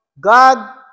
God